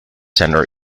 centre